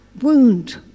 wound